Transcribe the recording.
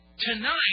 Tonight